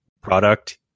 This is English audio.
product